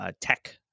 tech